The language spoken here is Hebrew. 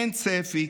אין צפי,